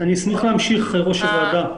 אשמח להמשיך, ראש הוועדה.